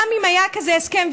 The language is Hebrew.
גם אם היה כזה הסכם,